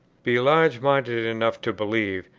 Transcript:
be large-minded enough to believe,